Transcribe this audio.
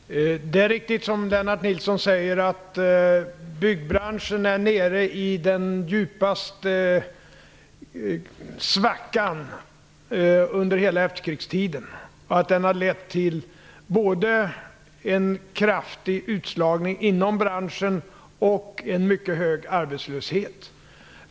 Herr talman! Det är riktigt, som Lennart Nilsson säger, att byggbranschen är nere i den djupaste svackan under hela efterkrigstiden. Den har lett till både en kraftig utslagning inom branschen och en mycket hög arbetslöshet.